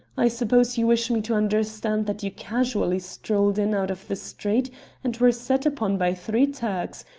i suppose you wish me to understand that you casually strolled in out of the street and were set upon by three turks,